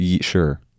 Sure